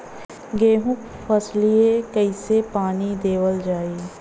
गेहूँक फसलिया कईसे पानी देवल जाई?